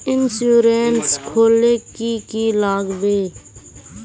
Insurance खोले की की लगाबे?